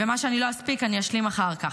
ומה שאני לא אספיק אני אשלים אחר כך.